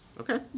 okay